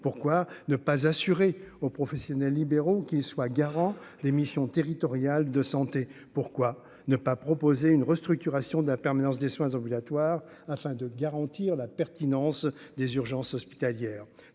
pourquoi ne pas assurer aux professionnels libéraux qui soit garant l'émission territorial de santé, pourquoi ne pas proposer une restructuration de la permanence des soins ambulatoires, afin de garantir la pertinence des urgences hospitalières,